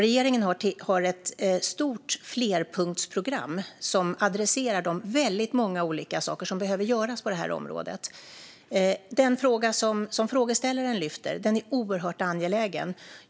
Regeringen har ett stort flerpunktsprogram som adresserar de väldigt många olika saker som behöver göras på detta område. Det som frågeställaren lyfter är oerhört angeläget.